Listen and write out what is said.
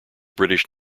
british